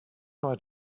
try